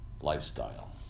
lifestyle